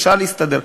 אפשר להסתדר.